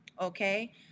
okay